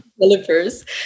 developers